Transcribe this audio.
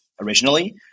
originally